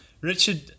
Richard